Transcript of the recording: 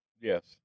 Yes